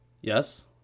yes